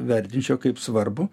vertinčiau kaip svarbų